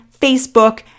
Facebook